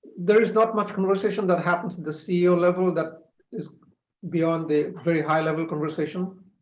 there's not much conversation that happens at the ceo level that is beyond the very high-level conversation,